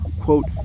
quote